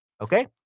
Okay